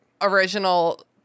original